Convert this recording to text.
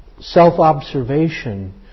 self-observation